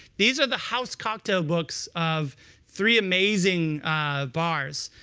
these are the house cocktail books of three amazing bars.